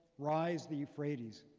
rise the euphrates.